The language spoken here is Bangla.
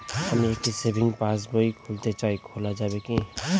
আমি একটি সেভিংস পাসবই খুলতে চাই খোলা যাবে কি?